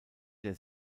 der